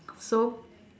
so